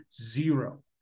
zero